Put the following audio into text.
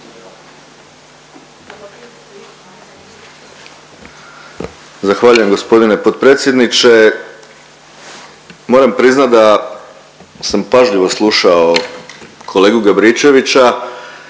Zahvaljujem g. potpredsjedniče. Moram priznat da sam pažljivo slušao kolegu Gabričevića